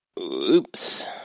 Oops